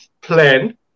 plan